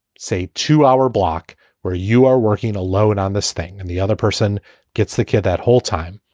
say, two hour block where you are working alone on this thing and the other person gets the care. that whole time.